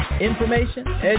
Information